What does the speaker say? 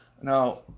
Now